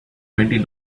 twenty